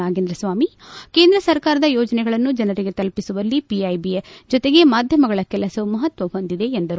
ನಾಗೇಂದ್ರ ಸ್ವಾಮಿ ಕೇಂದ್ರ ಸರ್ಕಾರದ ಯೋಜನೆಗಳನ್ನು ಜನರಿಗೆ ತಲುಪಿಸುವಲ್ಲಿ ಪಿಐಬಿಯ ಜೊತೆಗೆ ಮಾಧ್ಯಮಗಳ ಕೆಲಸವೂ ಮಹತ್ವ ಹೊಂದಿದೆ ಎಂದರು